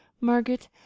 Margaret